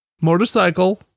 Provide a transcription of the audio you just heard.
Motorcycle